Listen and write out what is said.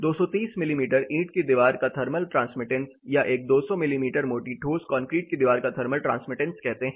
230 मिमी ईंट की दीवार का थर्मल ट्रांसमिटेंस या एक 200 मिमी मोटी ठोस कंक्रीट की दीवार का थर्मल ट्रांसमिटेंस कहते हैं